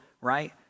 right